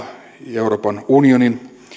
euroopan unionin